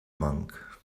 monk